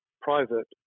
private